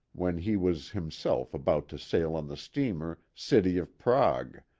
when he was himself about to sail on the steamer city of prague,